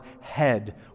head